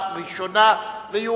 התוכנית הניסיונית),